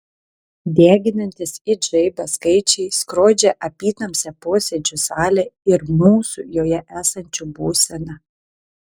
deginantys it žaibas skaičiai skrodžia apytamsę posėdžių salę ir mūsų joje esančių būseną